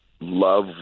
love